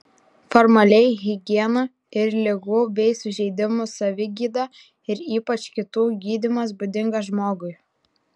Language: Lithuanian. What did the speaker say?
formaliai higiena ir ligų bei sužeidimų savigyda ir ypač kitų gydymas būdingas žmogui